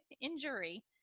injury